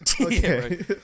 Okay